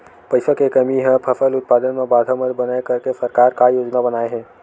पईसा के कमी हा फसल उत्पादन मा बाधा मत बनाए करके सरकार का योजना बनाए हे?